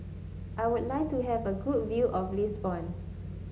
I would like to have a good view of Lisbon